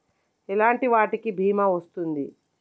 ఎలాంటి వాటికి బీమా వస్తుంది?